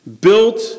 built